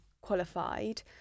qualified